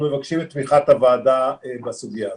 מבקשים את תמיכת הוועדה בסוגיה הזו.